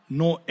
no